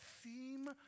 theme